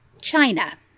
China